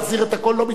לא מתווכח אתך,